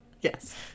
Yes